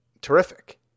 terrific